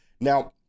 Now